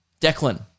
Declan